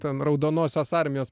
ten raudonosios armijos